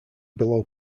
below